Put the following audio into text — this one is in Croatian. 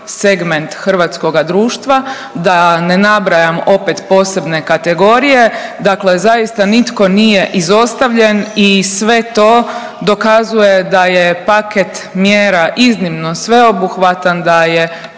segment hrvatskoga društva da ne nabrajam opet posebne kategorije. Dakle, zaista nitko nije izostavljen i sve to dokazuje da je paket mjera iznimno sveobuhvatan, da je